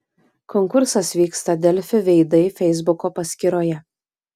konkursas vyksta delfi veidai feisbuko paskyroje